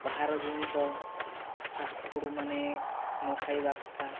ବାହାର ଜିନିଷ ଫାଷ୍ଟ୍ ଫୁଡ଼୍ମାନେ ନ ଖାଇବା କଥା